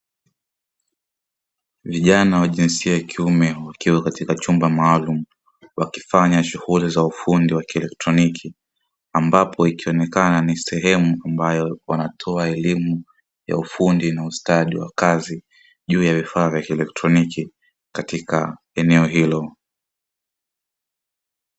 Vijana wa jinsi ya kiume wakiwa katika chumba maalum, wakifanya shughuli za ufundi wa kieletroniki. Ambapo ikionekana ni sehemu ambayo, wanatoa elimu ya ufundi na ustadi wa kazi juu ya vifaa vya kieletroniki katika eneo ilo.